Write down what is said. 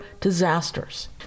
disasters